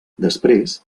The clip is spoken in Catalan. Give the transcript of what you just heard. després